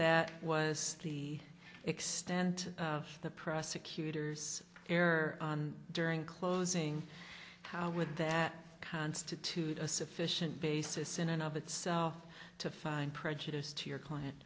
that was the extent of the prosecutors here during closing how would that constitute a sufficient basis in and of itself to find prejudice to your client